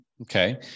Okay